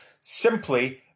simply